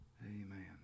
Amen